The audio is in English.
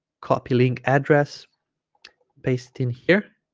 copy link address paste in here